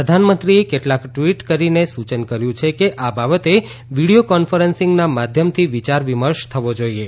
પ્રધાનમંત્રીએ કેટલાક ટ્વીટ કરીને સૂચન કર્યું છે કે આ બાબતે વીડિયો કોન્ફરન્સિંગના માધ્યમથી વિચાર વિમર્શ થવો જોઈએ